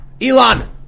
Elon